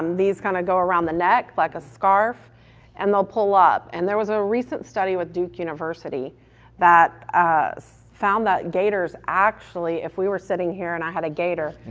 these kinda go around the neck like a scarf and they'll pull up and there was a recent study with duke university that found that gaiters actually if we were sitting here and i had a gaiter,